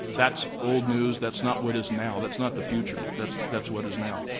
that's old news. that's not what is now. that's not the future. that's that's what is now.